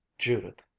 judith.